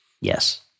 Yes